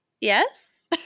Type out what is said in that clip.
yes